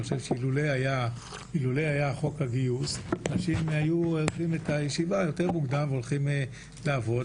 לולא היה חוק הגיוס אנשים היו עוזבים את הישיבה ברובם והולכים לעבוד.